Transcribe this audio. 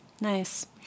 Nice